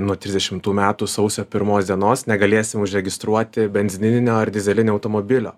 nuo trisdešimtų metų sausio pirmos dienos negalėsim užregistruoti benzinininio ar dyzelinio automobilio